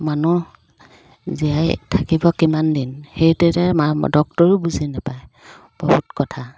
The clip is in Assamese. মানুহ জীয়াই থাকিব কিমান দিন সেইতো ডক্তৰেও বুজি নাপায় বহুত কথা